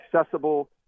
accessible